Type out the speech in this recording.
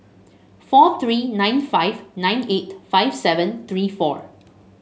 four three nine five nine eight five seven three four